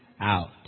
out